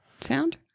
sound